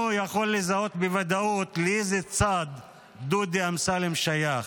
יכול לזהות בוודאות לאיזה צד דודי אמסלם שייך.